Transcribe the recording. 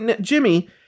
Jimmy